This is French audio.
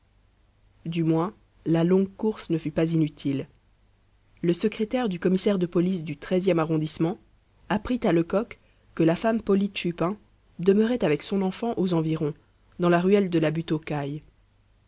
du moins la longue course ne fut pas inutile le secrétaire du commissaire de police du treizième arrondissement apprit à lecoq que la femme polyte chupin demeurait avec son enfant aux environs dans la ruelle de la butte aux cailles